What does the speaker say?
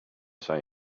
say